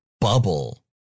bubble